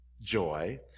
joy